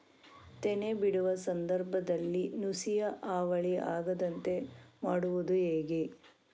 ತೆನೆ ಬಿಡುವ ಸಂದರ್ಭದಲ್ಲಿ ನುಸಿಯ ಹಾವಳಿ ಆಗದಂತೆ ಮಾಡುವುದು ಹೇಗೆ?